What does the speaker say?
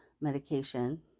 medication